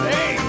Hey